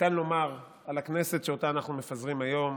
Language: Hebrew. ניתן לומר על הכנסת שאותה אנחנו מפזרים היום,